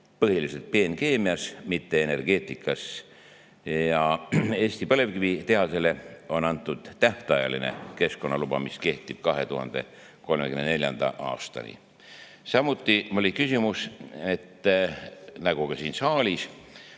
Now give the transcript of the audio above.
põhiliselt peenkeemias, mitte energeetikas ja Eesti põlevkivi[õli]tehasele on antud tähtajaline keskkonnaluba, mis kehtib 2034. aastani. Samuti oli küsimus nagu ka siin saalis,